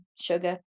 sugar